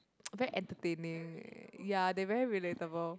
very entertaining ya they very relatable